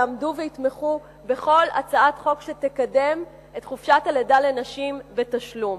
יעמדו ויתמכו בכל הצעת חוק שתקדם את חופשת הלידה לנשים בתשלום.